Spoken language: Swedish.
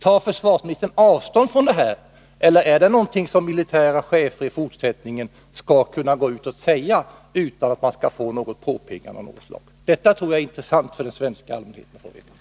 Tar försvarsministern avstånd från detta uttalande, eller kan militära chefer i fortsättningen gå ut och säga dylika saker utan att få ett påpekande av något slag? Jag tror att det är intressant för den svenska allmänheten att få veta det.